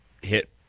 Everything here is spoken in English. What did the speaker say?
hit